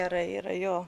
gerai yra jo